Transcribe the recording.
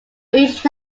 each